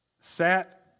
sat